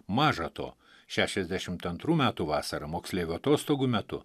maža to šešiasdešimt antrų metų vasarą moksleivių atostogų metu